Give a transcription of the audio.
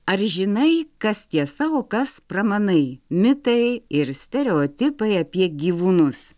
ar žinai kas tiesa o kas pramanai mitai ir stereotipai apie gyvūnus